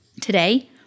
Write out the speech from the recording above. today